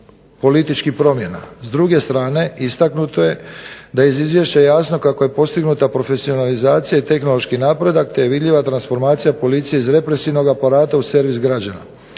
S druge strane, istaknuto je da je iz izvješća jasno kako je postignuta profesionalizacija i tehnološki napredak, te je vidljiva transformacija policije iz represivnog aparata u servis građana.